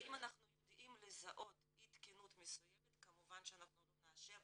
ואם אנחנו יודעים לזהות אי תקינות מסוימת כמובן שאנחנו לא נאשר